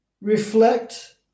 reflect